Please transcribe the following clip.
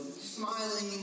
smiling